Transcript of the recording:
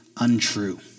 untrue